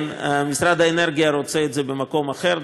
משרד האנרגיה רוצה את זה במקום אחר,